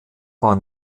war